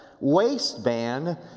waistband